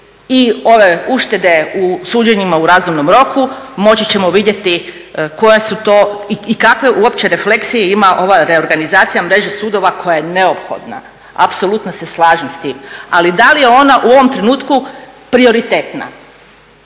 i ove uštede u suđenjima u razumnom roku, moći ćemo vidjeti koje su to i kakve uopće refleksije ima ova reorganizacija mreže sudova koja je neophodna, apsolutno se slažem s tim. Ali da li je ona u ovom trenutku prioritetna?